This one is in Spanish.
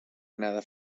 nada